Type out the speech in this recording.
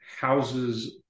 houses